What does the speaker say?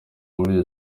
muri